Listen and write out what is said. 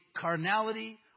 carnality